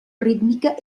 rítmica